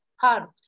heart